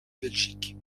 belgique